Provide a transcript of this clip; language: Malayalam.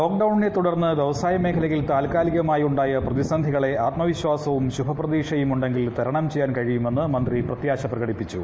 ല്യൂക്ഡൌണിനെ തുടർന്ന് വൃവസായ മേഖലയിൽ താത്ക്കാലികമായി ഉണ്ടായ പ്രതിസന്ധികളെ ആത്മവിശ്വാസവും ശുഭ്യപ്പതീക്ഷയും ഉണ്ടെങ്കിൽ തരണം ചെയ്യാൻ കഴിയുമെന്ന് മന്ത്രി പ്രത്യാശ പ്രകടിപ്പിച്ചു